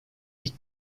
ilk